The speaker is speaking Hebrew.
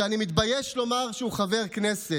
שאני מתבייש לומר שהוא חבר כנסת,